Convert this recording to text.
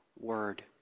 word